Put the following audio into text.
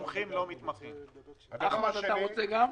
העיקרון השני,